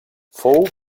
fou